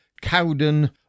Cowden